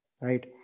right